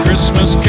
Christmas